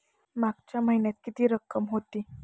मागच्या महिन्यात किती रक्कम होती?